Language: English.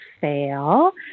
fail